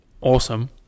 awesome